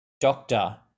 doctor